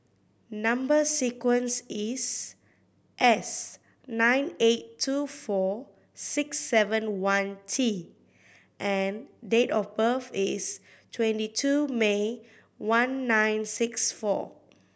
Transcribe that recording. number sequence is S nine eight two four six seven one T and date of birth is twenty two May one nine six four